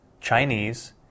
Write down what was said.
Chinese